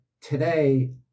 Today